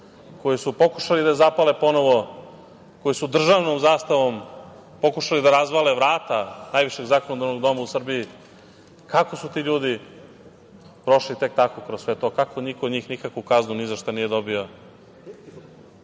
koju su pokušali da zapale ponovo, koji su državnom zastavom pokušali da razvale vrata najvišeg zakonodavnog doma u Srbiji, kako su ti ljudi prošli tek tako kroz sve to, kako niko od njih nikakvu kaznu nizašta nije dobio